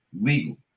legal